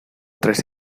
tres